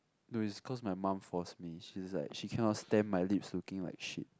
no is cause my mum force me she is like she can not stand my lips looking like shit